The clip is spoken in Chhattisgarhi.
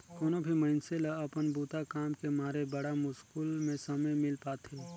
कोनो भी मइनसे ल अपन बूता काम के मारे बड़ा मुस्कुल में समे मिल पाथें